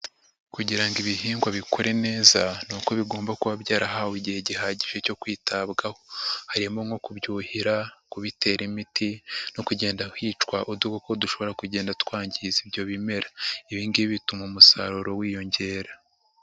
Kugira ngo ibihingwa bikure neza ni uko bigomba kuba byarahawe igihe gihagije cyo kwitabwaho, harimo nko kubyuhira, kubitera imiti, no kugenda hicwa uduko dushobora kugenda twangiza ibyo bimera, ibingi bituma umusaruro wiyongera.